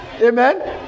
Amen